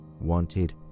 wanted